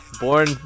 Born